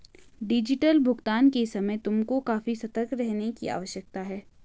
digital भुगतान के समय तुमको काफी सतर्क रहने की आवश्यकता है